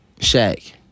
Shaq